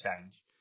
change